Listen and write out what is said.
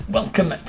welcome